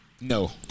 No